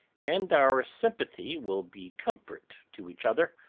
and our sympathy will be comfort to each other,